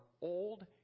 old